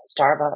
Starbucks